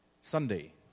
Sunday